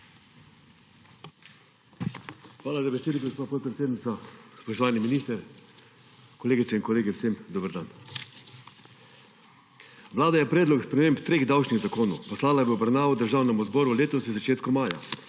Hvala za besedo, gospa podpredsednica. Spoštovani minister, kolegice in kolegi, vsem dober dan! Vlada je predlog sprememb treh davčnih zakonov poslala v obravnavo Državnemu zboru letos v začetku maja,